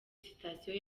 sitasiyo